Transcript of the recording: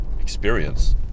experience